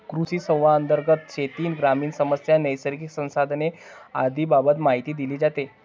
कृषिसंवादांतर्गत शेती, ग्रामीण समस्या, नैसर्गिक संसाधने आदींबाबत माहिती दिली जाते